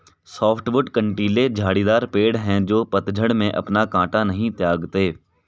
softwood कँटीले झाड़ीदार पेड़ हैं जो पतझड़ में अपना काँटा नहीं त्यागते